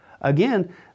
Again